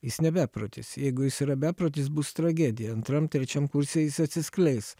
jis ne beprotis jeigu jis yra beprotis bus tragedija antram trečiam kurse jis atsiskleis